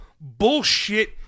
bullshit